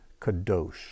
kadosh